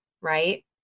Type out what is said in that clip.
Right